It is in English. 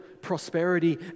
prosperity